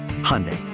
Hyundai